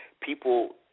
people